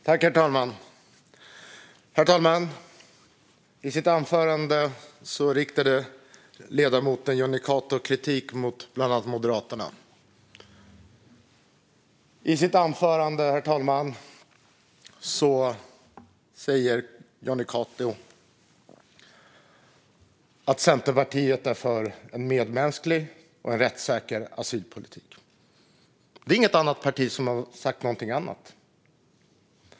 Herr talman! I sitt anförande riktade ledamoten Jonny Cato kritik mot bland andra Moderaterna. I sitt anförande sa Jonny Cato att Centerpartiet är för en medmänsklig och rättssäker asylpolitik. Det är inget annat parti som har sagt något annat.